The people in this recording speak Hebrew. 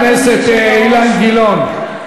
חבר הכנסת אילן גילאון,